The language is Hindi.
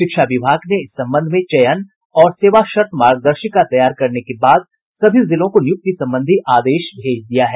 शिक्षा विभाग ने इस संबंध में चयन और सेवा शर्त मार्गदर्शिका तैयार करने के बाद सभी जिलों को नियुक्ति संबंधी आदेश भेज दिया है